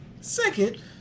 Second